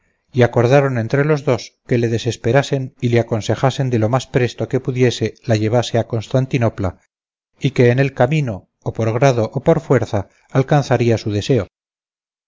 y acordaron entre los dos que le desesperasen y le aconsejasen que lo más presto que pudiese la llevase a constantinopla y que en el camino o por grado o por fuerza alcanzaría su deseo